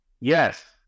Yes